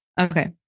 Okay